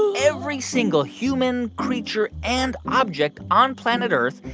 every single human, creature and object on planet earth,